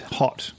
hot